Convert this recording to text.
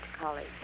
College